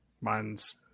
Mine's